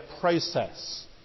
process